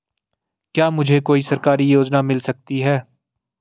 क्या मुझे कोई सरकारी योजना मिल सकती है?